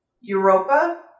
Europa